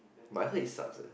but I heard it sucks eh